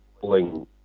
pulling